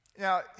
Now